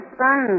sun